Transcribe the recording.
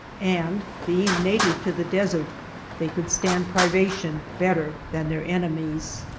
and being native to the desert they could stand privation better than their enemies.